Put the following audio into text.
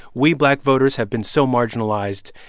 we black voters have been so marginalized,